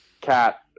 cat